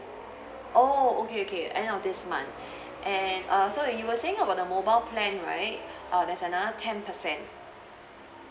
oh okay okay end of this month and err so you were saying about the mobile plan right uh there's another ten percent